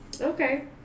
Okay